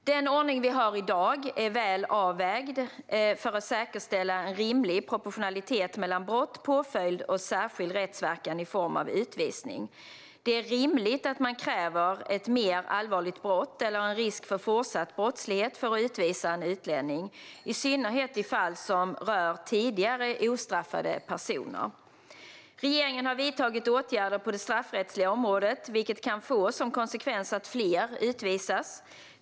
Den ordning vi har i dag är väl avvägd för att säkerställa en rimlig proportionalitet mellan brott, påföljd och särskild rättsverkan i form av utvisning. Det är rimligt att man kräver ett mer allvarligt brott eller en risk för fortsatt brottslighet för att utvisa en utlänning, i synnerhet i fall som rör tidigare ostraffade personer. Regeringen har vidtagit åtgärder på det straffrättsliga området, vilket kan få som konsekvens att fler utvisas.